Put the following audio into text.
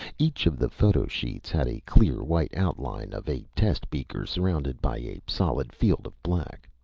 each of the photo sheets had a clear, white outline of a test beaker surrounded by a solid field of black.